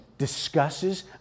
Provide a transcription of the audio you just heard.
Discusses